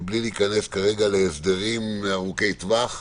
מבלי להיכנס כעת להסדרים ארוכי טווח.